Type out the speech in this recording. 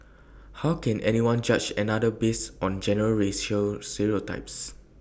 how can anyone judge another based on general racial stereotypes